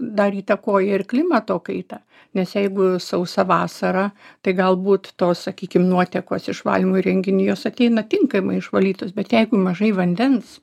dar įtakoja ir klimato kaita nes jeigu sausa vasara tai galbūt tos sakykim nuotekos iš valymo įrenginių jos ateina tinkamai išvalytos bet jeigu mažai vandens